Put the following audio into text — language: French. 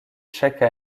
chaque